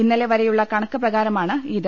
ഇന്നലെ വരെയുള്ള കണക്ക് പ്രകാരമാണിത്